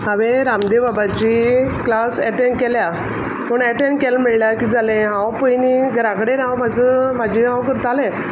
हांवें रामदेव बाबाची class attend केल्या पूण एटेंड केल म्हळ्ळ्या कित जालें हांव पयलीं घरा कडे हांव म्हाजो म्हाजें हांव करतालें